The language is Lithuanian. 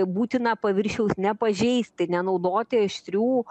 būtina paviršiaus nepažeisti nenaudoti aštrių